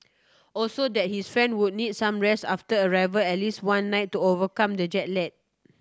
also that his friend would need some rest after arrival at least one night to overcome the jet lag